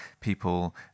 people